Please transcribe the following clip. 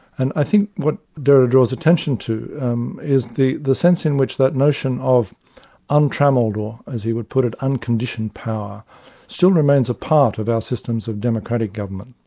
and i think what derrida draws attention to um is the the sense in which that notion of untrammelled, or as he would put it, unconditioned unconditioned power still remains a part of our systems of democratic government.